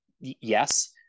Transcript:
Yes